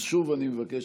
אז שוב אני מבקש,